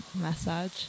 massage